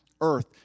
earth